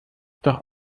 doch